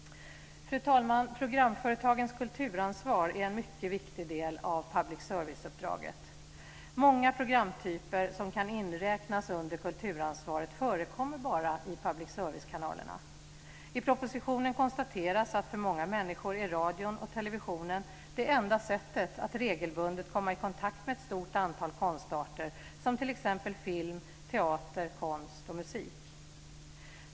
Fru talman! Programföretagens kulturansvar är en mycket viktig del av public service-uppdraget. Många programtyper som kan inräknas under kulturansvaret förekommer bara i public service-kanalerna. I propositionen konstateras att för många människor är radion och televisionen det enda sättet att regelbundet komma i kontakt med ett stort antal konstarter som t.ex. film, teater, konst och musik.